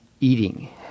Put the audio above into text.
eating